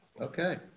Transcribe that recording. Okay